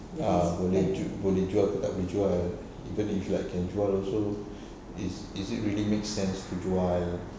ya boleh boleh jual ke tak boleh jual kita belief that can jual also is is it really makes sense to jual